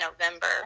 November